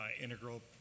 integral